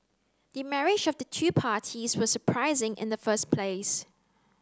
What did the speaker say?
the marriage of the two parties was surprising in the first place